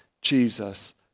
Jesus